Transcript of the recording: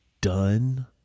done